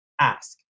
ask